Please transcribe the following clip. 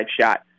shot